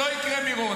לא יקרה מירון.